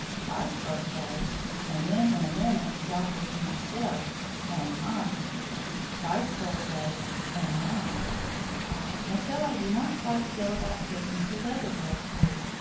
christ's birthday and then, in a minute, softly to myself and mine christ's birthday and mine and so i do not quite feel about christmas as other girls do.